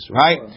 right